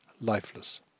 lifeless